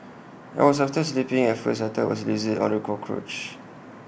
I was after sleeping at first I thought IT was A lizard or A cockroach